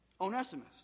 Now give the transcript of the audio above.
Onesimus